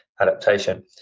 adaptation